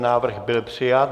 Návrh byl přijat.